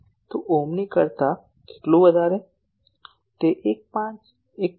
તો ઓમ્ની કરતાં કેટલું વધારે